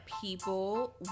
people